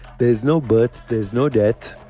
there's no birth, there's no death.